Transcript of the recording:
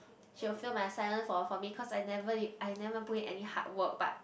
she will fail my assignment for for me cause I never I never put in hard work but